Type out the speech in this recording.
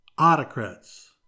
autocrats